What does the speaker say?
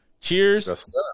cheers